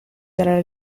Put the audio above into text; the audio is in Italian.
dalla